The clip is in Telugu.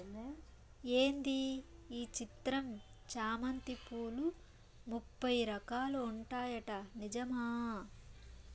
ఏంది ఈ చిత్రం చామంతి పూలు ముప్పై రకాలు ఉంటాయట నిజమా